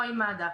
או עם מד"א.